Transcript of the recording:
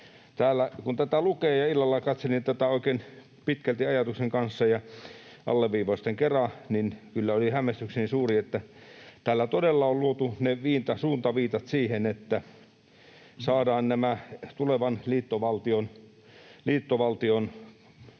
Kun tätä luin — illalla katselin tätä oikein pitkälti ajatuksen kanssa ja alleviivausten kera — niin kyllä oli hämmästykseni suuri, että täällä todella on luotu ne suuntaviitat siihen, että tulevan liittovaltion